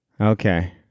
Okay